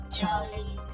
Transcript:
Charlie